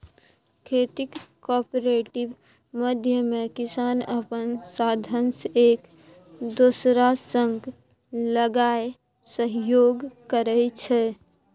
खेतीक कॉपरेटिव माध्यमे किसान अपन साधंश एक दोसरा संग लगाए सहयोग करै छै